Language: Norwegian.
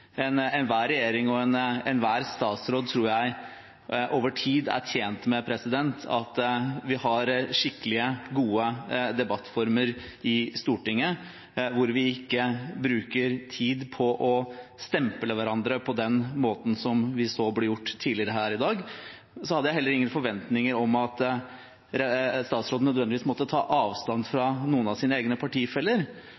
Stortinget. Enhver regjering og enhver statsråd tror jeg over tid er tjent med at vi har skikkelige, gode debattformer i Stortinget, der vi ikke bruker tid på å stemple hverandre på den måten som vi så ble gjort tidligere her i dag. Jeg hadde ingen forventninger om at statsråden nødvendigvis måtte ta avstand fra